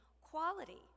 quality